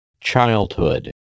Childhood